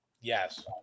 Yes